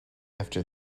after